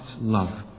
love